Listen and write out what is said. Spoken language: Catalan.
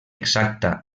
exacta